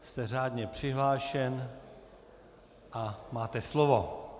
Jste řádně přihlášen a máte slovo.